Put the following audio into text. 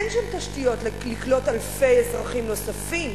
אין שם תשתיות לקלוט אלפי אזרחים נוספים,